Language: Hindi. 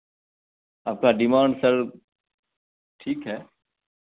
आपका डिमांड सर ठीक है